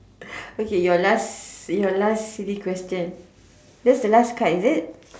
okay your last your last silly question that's the last card is it